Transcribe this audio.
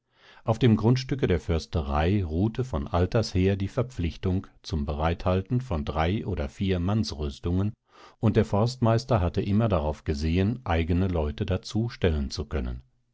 auf dem grundstücke der försterei ruhte von alters her die verpflichtung zum bereithalten von drei oder vier mannsrüstungen und der forstmeister hatte immer darauf gesehen eigene leute dazu stellen zu können